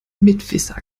mitwisser